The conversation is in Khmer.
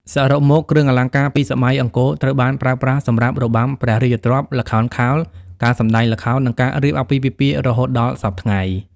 សរុបមក គ្រឿងអលង្ការពីសម័យអង្គរត្រូវបានប្រើប្រាស់សម្រាប់របាំព្រះរាជទ្រព្យ ល្ខោនខោល ការសម្តែងល្ខោននិងការរៀបអាពាហ៍ពិពាហ៍រហូតដល់សព្វថ្ងៃ។